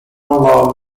love